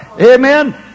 Amen